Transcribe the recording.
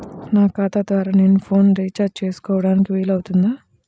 నా ఖాతా ద్వారా నేను ఫోన్ రీఛార్జ్ చేసుకోవడానికి వీలు అవుతుందా?